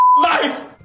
life